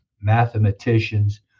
mathematicians